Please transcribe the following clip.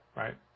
right